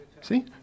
See